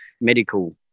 medical